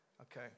Okay